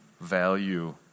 value